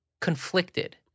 conflicted